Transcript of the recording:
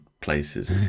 places